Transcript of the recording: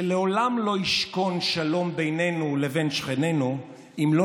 שלעולם לא ישכון שלום בינינו לבין שכנינו אם לא